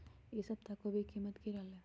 ई सप्ताह कोवी के कीमत की रहलै?